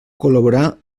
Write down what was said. col·laborar